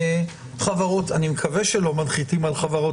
חברות ציבוריות אני מקווה שלא מנחיתים על חברות